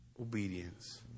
Obedience